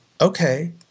okay